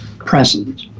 present